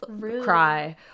cry